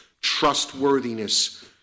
trustworthiness